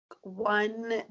one